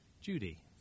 Judy